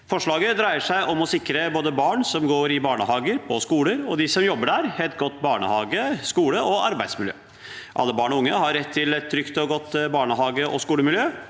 Forslaget dreier seg om å sikre både barn som går i barnehager og på skoler, og de som jobber der, et godt barnehage-, skole- og arbeidsmiljø. Alle barn og unge har rett til et trygt og godt barnehage- og skolemiljø.